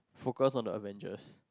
focus on the avengers